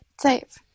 save